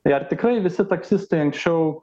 tai ar tikrai visi taksistai anksčiau